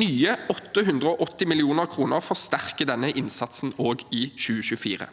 Nye 880 mill. kr forsterker denne innsatsen også i 2024.